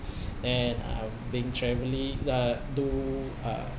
and um being travelling uh do uh